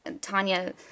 Tanya